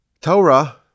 Torah